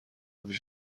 پیش